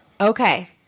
Okay